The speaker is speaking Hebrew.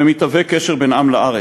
ומתהווה קשר בין עם לארץ.